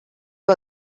you